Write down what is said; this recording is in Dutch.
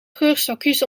geurstokjes